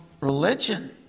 religion